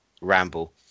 ramble